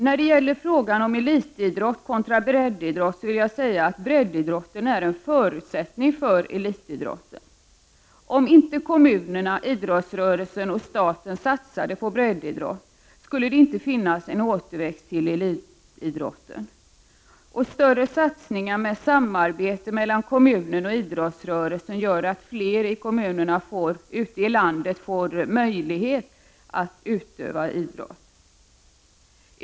När det gäller frågan om elitidrott kontra breddidrott vill jag säga att breddidrotten är en förutsättning för elitidrotten. Om inte kommunerna, idrottsrörelsen och staten satsade på breddidrotten skulle det inte finnas en återväxt inom elitidrotten. Större satsningar med samarbete mellan kommunen och idrottsrörelsen gör att fler i kommunerna ute i landet får möjlighet att utöva idrott.